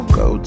go